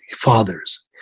fathers